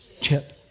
chip